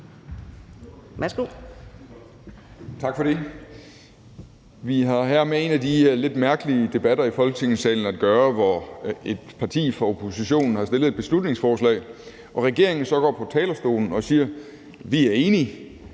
(LA): Tak for det. Vi har her med en af de lidt mærkelige debatter i Folketingssalen at gøre, hvor et parti fra oppositionen har fremsat et beslutningsforslag og man i regeringen så går på talerstolen og siger: Vi er enige,